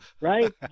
Right